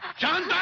gone